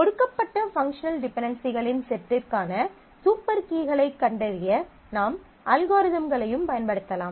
கொடுக்கப்பட்ட பங்க்ஷனல் டிபென்டென்சிகளின் செட்டிற்கான சூப்பர் கீகளைக் கண்டறிய நாம் அல்காரிதம்களையும் பயன்படுத்தலாம்